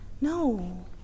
No